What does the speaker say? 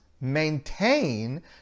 maintain